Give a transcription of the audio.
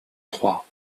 trois